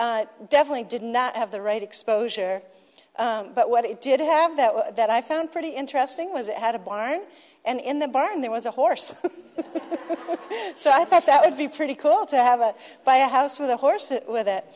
also definitely did not have the right exposure but what it did have that was that i found pretty interesting was it had a barn and in the barn there was a horse so i thought that would be pretty cool to have a buy a house with a horse